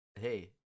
hey